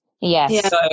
Yes